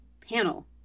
panel